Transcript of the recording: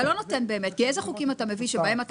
אתה לא נותן באמת כי איזה חוקים אתה מביא בהם אתה